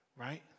Right